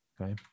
Okay